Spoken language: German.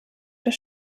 der